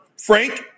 Frank